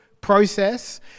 process